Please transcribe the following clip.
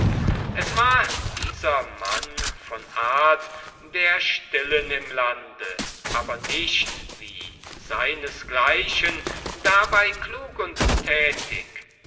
es war dieser mann von art der stillen im lande aber nicht wie seinesgleichen dabei klug und tätig